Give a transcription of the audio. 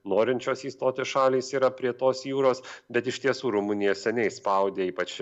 norinčios įstoti šalys yra prie tos jūros bet iš tiesų rumunija seniai spaudė ypač